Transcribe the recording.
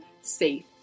safe